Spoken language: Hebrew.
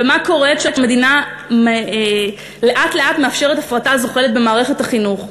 ומה קורה כשהמדינה לאט-לאט מאפשרת הפרטה זוחלת במערכת החינוך?